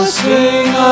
sing